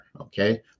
okay